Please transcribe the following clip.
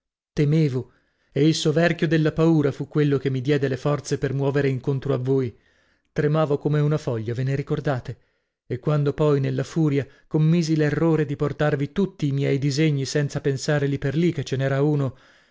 e il soverchio della paura fa quello che mi diede le forze per muovere incontro a voi tremavo come una foglia ve ne ricordate e quando poi nella furia commisi l'errore di portarvi tutti i miei disegni senza pensare li per li che ce n'era uno